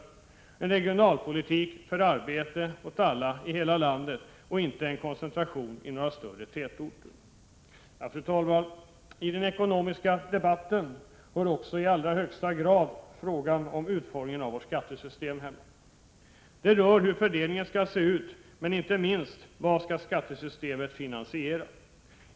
— Vi måste få en regionalpolitik för arbete åt alla i hela landet, inte en som leder till en koncentration till några av de större tätorterna. Fru talman! I den ekonomiska debatten hör också i allra högsta grad frågan om utformningen av vårt skattesystem hemma. Den gäller hur fördelningen skall se ut men även och inte minst vad skattesystemet skall finansiera.